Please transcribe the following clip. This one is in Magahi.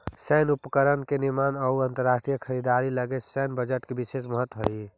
सैन्य उपकरण के निर्माण अउ अंतरराष्ट्रीय खरीदारी लगी सैन्य बजट के विशेष महत्व हई